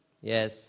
Yes